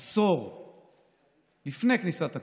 עשור לפני כניסת הקורונה.